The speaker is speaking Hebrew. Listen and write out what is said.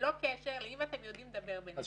ללא קשר אם אתם יודעים לדבר ביניכם, כן או לא.